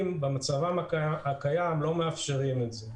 אל תלינו.